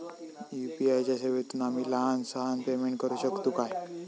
UPI च्या सेवेतून आम्ही लहान सहान पेमेंट करू शकतू काय?